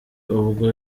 ubwo